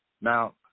Now